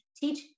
teach